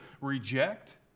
reject